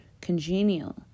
congenial